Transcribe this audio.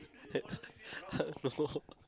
no